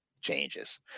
changes